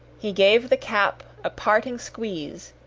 he gave the cap a parting squeeze,